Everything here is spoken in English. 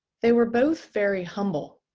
they were both very humble,